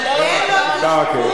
אבל, הזכות לשמור על התא המשפחתי.